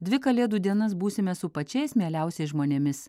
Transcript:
dvi kalėdų dienas būsime su pačiais mieliausiais žmonėmis